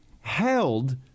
held